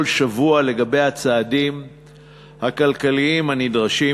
שבוע לגבי הצעדים הכלכליים הנדרשים,